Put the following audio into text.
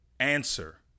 answer